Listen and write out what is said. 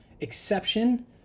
exception